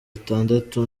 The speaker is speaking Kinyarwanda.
atandatu